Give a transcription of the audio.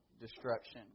destruction